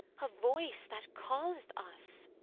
a voice, that calleth us!